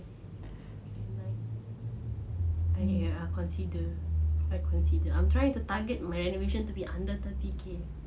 granite I will consider I'm trying to target my renovation to be under thirty K